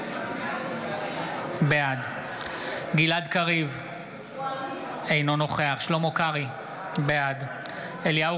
בעד גלעד קריב, אינו נוכח שלמה קרעי, בעד אליהו